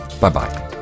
Bye-bye